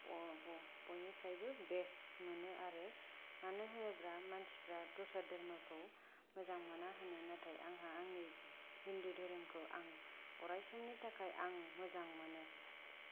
अ बयनिफ्रायबो बेस्ट मोनो आरो मानो होनोबा मानसिफ्रा दस्रा धोर्मोखौ मोजां मोना होनो नाथाय आंहा आंनि हिन्दु धोरोमखौ आं अराय समनि थाखाय आं मोजां मोनो